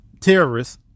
terrorists